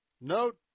Note